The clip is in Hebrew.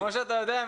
כפי שאתה יודע,